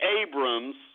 Abrams